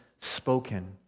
spoken